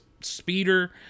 speeder